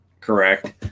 correct